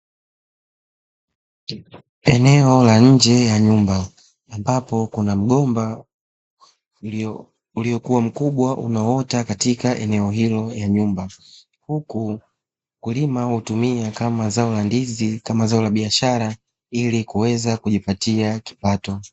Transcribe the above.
Eneo la nje ya nyumba, ambapo kuna mgomba uliokuwa mkubwa unaota katika eneo hilo ya nyumba, huku mkulima hutumia kama zao la ndizi kama zao la biashara ili kuweza kujipatia kipato.